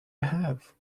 have